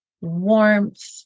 warmth